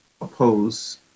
oppose